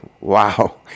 Wow